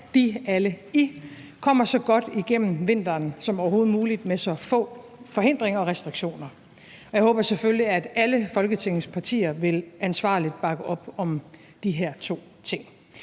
vaccineret, kommer så godt igennem vinteren som overhovedet muligt med så få forhindringer og restriktioner som muligt. Jeg håber selvfølgelig, at alle Folketingets partier ansvarligt vil bakke op om de her to ting.